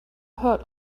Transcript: heard